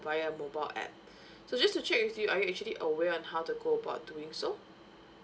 via mobile app so just to check with you are you actually aware on how to go about doing so